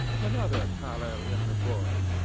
another pallor in the void,